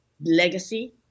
legacy